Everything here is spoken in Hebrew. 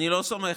אני לא סומך.